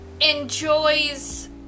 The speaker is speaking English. enjoys